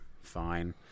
fine